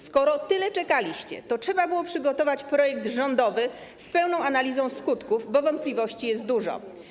Skoro tyle czekaliście, to mogliście przygotować projekt rządowy z pełną analizą skutków, bo wątpliwości jest dużo.